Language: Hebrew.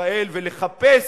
ישראל ולחפש,